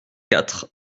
quatre